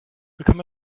become